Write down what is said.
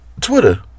Twitter